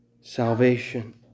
salvation